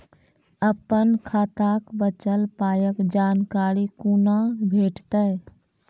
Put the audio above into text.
अपन खाताक बचल पायक जानकारी कूना भेटतै?